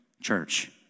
church